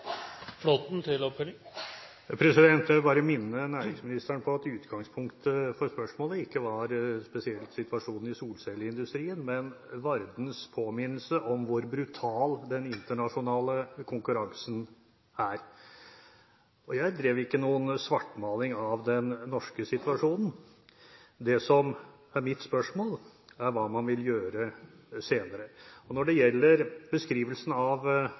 Jeg vil bare minne næringsministeren på at utgangspunktet for spørsmålet ikke var spesielt situasjonen i solcelleindustrien, men Vardens påminnelse om hvor brutal den internasjonale konkurransen er. Jeg drev ingen svartmaling av den norske situasjonen. Det som er mitt spørsmål, er hva man vil gjøre senere. Når det gjelder beskrivelsen av